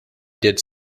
did